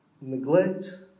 Neglect